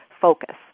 focus